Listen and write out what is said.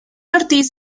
ortiz